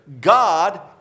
God